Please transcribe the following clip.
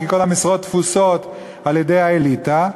כי כל המשרות תפוסות על-ידי האליטה,